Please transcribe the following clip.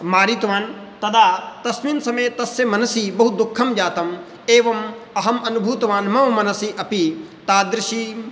मारितवान् तदा तस्मिन् समये तस्य मनसि बहुदुःखं जातम् एवम् अहमनुभूतवान् मम मनसि अपि तादृशीं